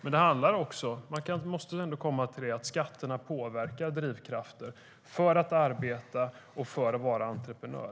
Man kanske dock även måste komma fram till att skatterna påverkar drivkrafter för att arbeta och för att vara entreprenör.